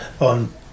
on